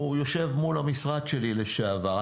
הוא יושב מול המשרד שלי לשעבר,